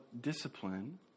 discipline